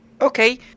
Okay